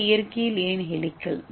ஏ இயற்கையில் ஏன் ஹெலிகல்